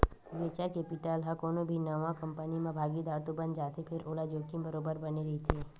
venture capital ह कोनो भी नवा कंपनी म भागीदार तो बन जाथे फेर ओला जोखिम बरोबर बने रहिथे